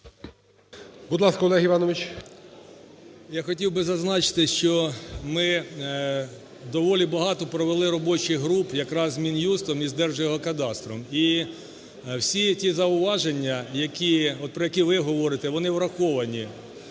Я хотів би зазначити, що ми доволі багато провели робочих груп якраз з Мін'юстом і Держгеокадастром, і всі ті зауваження, от, про які ви говорите, вони враховані